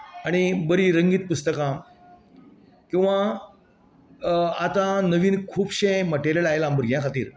आनी बरी रंगीत पुस्तकां किंवां आता नवीन खुबशें मटेरियल आयलां भुरग्यां खातीर